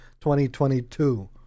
2022